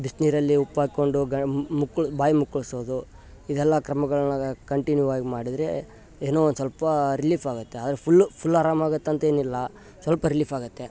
ಬಿಸಿನೀರಲ್ಲಿ ಉಪ್ಪಾಕೊಂಡು ಗಣ್ ಮುಕ್ಳು ಬಾಯಿ ಮುಕ್ಕಳಿಸೋದು ಇದೆಲ್ಲ ಕ್ರಮಗಳನ್ನ ಕಂಟಿನ್ಯೂ ಆಗಗಿ ಮಾಡಿದರೆ ಏನೊ ಒಂದುಸ್ವಲ್ಪಾ ರಿಲೀಫ್ ಆಗುತ್ತೆ ಆದ್ರೆ ಫುಲ್ಲು ಫುಲ್ ಆರಾಮಾಗತ್ತಂತ ಏನಿಲ್ಲ ಸ್ವಲ್ಪ ರಿಲೀಫ್ ಆಗುತ್ತೆ